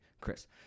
Chris